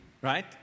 right